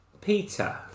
Peter